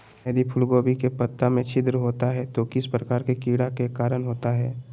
यदि फूलगोभी के पत्ता में छिद्र होता है तो किस प्रकार के कीड़ा के कारण होता है?